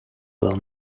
will